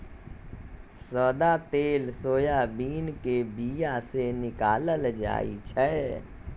सदा तेल सोयाबीन के बीया से निकालल जाइ छै